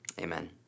Amen